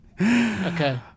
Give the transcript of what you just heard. Okay